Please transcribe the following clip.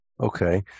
Okay